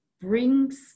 brings